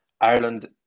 Ireland